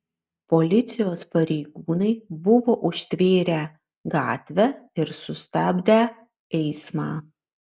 policijos pareigūnai buvo užtvėrę gatvę ir sustabdę eismą